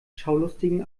schaulustigen